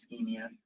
ischemia